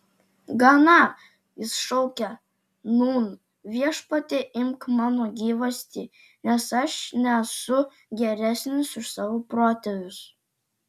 gana jis šaukė nūn viešpatie imk mano gyvastį nes aš nesu geresnis už savo protėvius